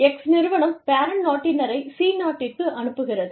X நிறுவனம் parent நாட்டினரை C நாட்டிற்கு அனுப்புகிறது